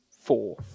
four